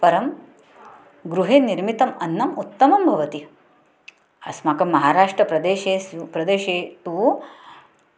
परं गृहे निर्मितम् अन्नम् उत्तमं भवति अस्माकं महाराष्ट्रप्रदेशेषु प्रदेशे तु